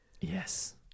Yes